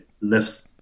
less